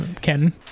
Ken